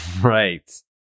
Right